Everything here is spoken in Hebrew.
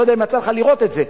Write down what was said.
לא יודע אם יצא לך לראות את זה,